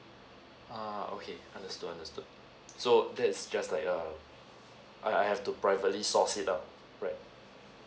ah okay understood understood so that is just like err I I have two privately source it out right